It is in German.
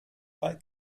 drei